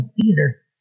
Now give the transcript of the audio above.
theater